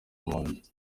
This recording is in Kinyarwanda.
impunzi